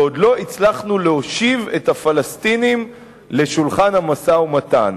ועוד לא הצלחנו להושיב את הפלסטינים לשולחן המשא-ומתן.